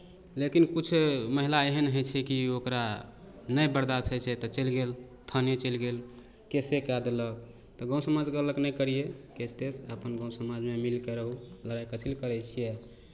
लेकिन किछु महिला एहन होइ छै कि ओकरा नहि बरदाशत होइ छै तऽ चलि गेल थाने चलि गेल केसे कए देलक तऽ गाँव समाज कहलक नहि करिहेँ केस तेस अपन गाँव समाजमे मिलि कऽ रहू लड़ाइ कथी लए करै छियै